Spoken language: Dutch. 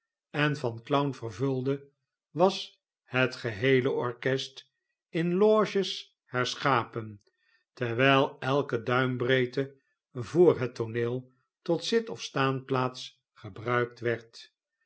en van clown vervulde was het geheele orkest in loges herschapen terwijl elke duimbreedte voor het tooneel tot zit of staanplaats gebruikt werd